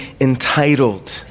entitled